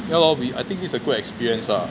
ya lor we I think this a good experience ah